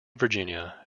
virginia